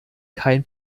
kein